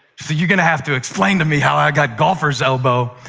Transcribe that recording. so you're going to have to explain to me how i got golfer's elbow.